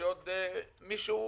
שעוד מישהו